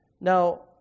Now